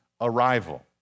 arrival